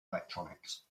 electronics